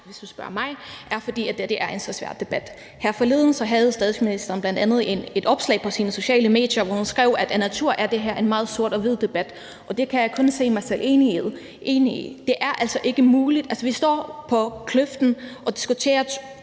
hvis du spørger mig, er en af grundene, at det er så svær en debat. Her forleden havde statsministeren bl.a. et opslag på de sociale medier, hvor hun skrev, at af natur er det her en meget sort-hvid debat, og det kan jeg kun erklære mig enig i. Altså, vi står på kanten af kløften og diskuterer